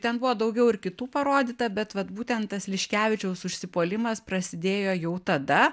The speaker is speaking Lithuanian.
ten buvo daugiau ir kitų parodyta bet vat būtent tas liškevičiaus užsipuolimas prasidėjo jau tada